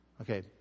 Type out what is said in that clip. Okay